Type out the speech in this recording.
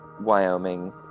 Wyoming